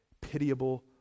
pitiable